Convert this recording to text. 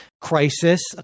crisis